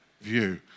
view